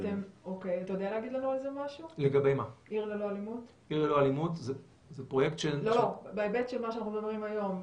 יודע להגיד לנו על עיר ללא אלימות משהו בהיבט של מה שאנחנו מדברים היום,